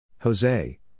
Jose